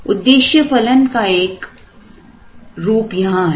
उद्देश्य फलन का एक रूप यहां है